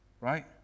right